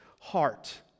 heart